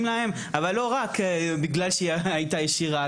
להם אבל לא רק בגלל שהיא הייתה עשירה,